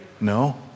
No